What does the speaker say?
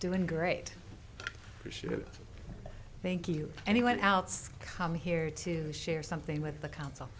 doing great thank you anyone else come here to share something with the council